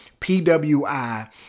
PWI